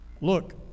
look